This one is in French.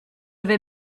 vais